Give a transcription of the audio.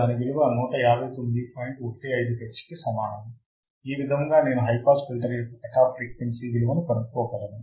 15 hertz కి సమానము ఈ విధముగా నేను హై పాస్ ఫిల్టర్ యొక్క కట్ ఆఫ్ ఫ్రీక్వెన్సీ విలువను కనుక్కోగలను